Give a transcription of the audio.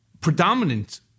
predominant